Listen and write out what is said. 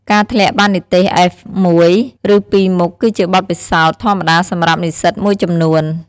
ការធ្លាក់បាននិទ្ទេស (F) មួយ ឬពីរមុខ គឺជាបទពិសោធន៍ធម្មតាសម្រាប់និស្សិតមួយចំនួន។